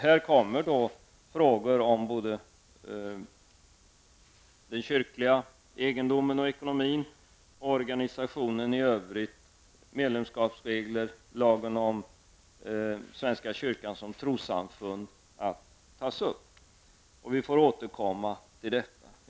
Här kommer frågor om den kyrkliga egendomen, ekonomin och organisationen i övrigt, medlemskapsregler samt, lagen om svenska kyrkan som trossamfund att tas upp. Vi får återkomma till detta.